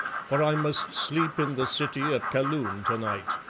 for i must sleep in the city of kaloon to-night.